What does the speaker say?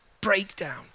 Breakdown